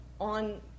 on